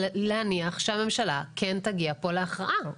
ולהניח שהממשלה כן תגיע פה להכרעה.